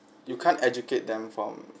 you can't educate them from